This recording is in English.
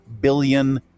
billion